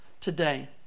today